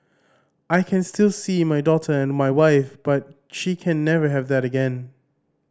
I can still see my daughter and my wife but she can never have that again